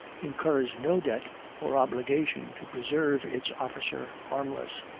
incurs no debt or obligation to preserve its officer harmless,